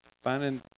finding